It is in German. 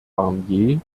barnier